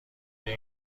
دیگه